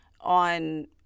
on